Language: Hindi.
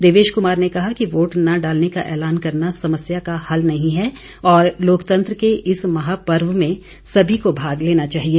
देवेश कुमार ने कहा कि वोट न डालने का ऐलान करना समस्या का हल नहीं है और लोकतंत्र के इस महापर्व में सभी को भाग लेना चाहिए